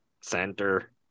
center